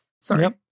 Sorry